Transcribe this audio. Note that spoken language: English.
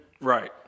right